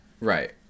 Right